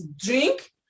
drink